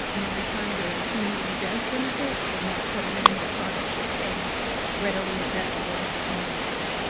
and in return, the community does benefit, then that program or product should stay readily accessible and available.